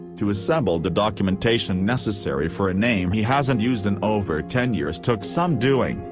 to assemble the documentation necessary for a name he hasn't used in over ten years took some doing,